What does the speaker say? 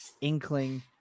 inkling